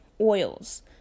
oils